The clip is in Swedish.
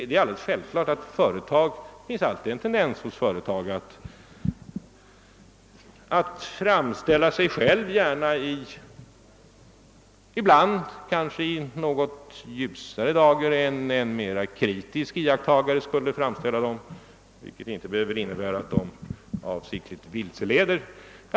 Det finns hos alla företag en tendens att framställa sig själv i något ljusare dager än en mer kritisk iakttagare skulle göra, vilket inte behöver innebära att de avsiktligt vilseleder.